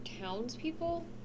townspeople